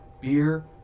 beer